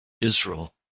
Israel